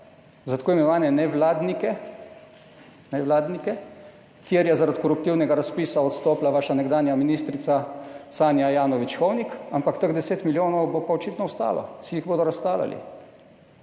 tako imenovane nevladnike, kjer je zaradi koruptivnega razpisa odstopila vaša nekdanja ministrica Sanja Ajanović Hovnik, ampak teh 10 milijonov bo pa očitno ostalo, si jih bodo razdelili